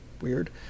weird